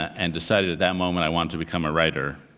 and decided at that moment i wanted to become a writer.